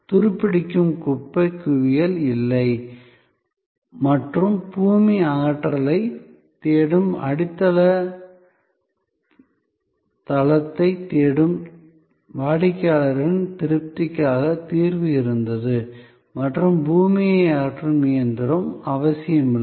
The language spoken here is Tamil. துருப்பிடிக்கும் குப்பைக் குவியல் இல்லை மற்றும் பூமி அகற்றலைத் தேடும் அடித்தள தளத்தைத் தேடும் வாடிக்கையாளரின் திருப்திக்காக தீர்வு இருந்தது மற்றும் பூமியை அகற்றும் இயந்திரம் அவசியமில்லை